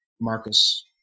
Marcus